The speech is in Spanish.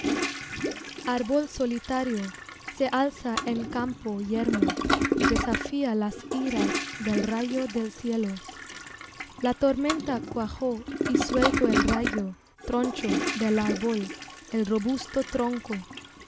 arbol solitario se alza en campo yermo desafía las iras del rayo del cielo la tormenta cuajó y suelto el rayo tronchó del árbol el robusto tronco